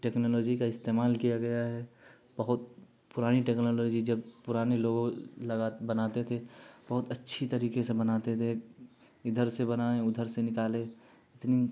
technology کا استعمال کیا گیا ہے بہت پرانی ٹیکنالوجی جب پرانے لوگ لگا بناتے تھے بہت اچھی طریقے سے بناتے تھے ادھر سے بنائیں ادھر سے نکالے اتنی